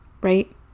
right